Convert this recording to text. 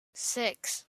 six